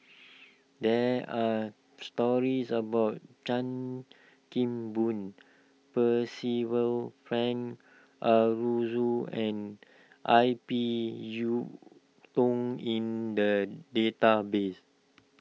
there are stories about Chan Kim Boon Percival Frank Aroozoo and I P Yiu Tung in the database